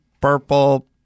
Purple